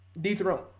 dethroned